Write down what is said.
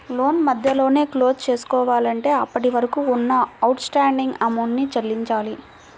లోను మధ్యలోనే క్లోజ్ చేసుకోవాలంటే అప్పటివరకు ఉన్న అవుట్ స్టాండింగ్ అమౌంట్ ని చెల్లించాలి